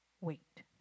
wait